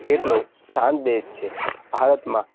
કેટલો શાંત દેશ છે ભારતમાં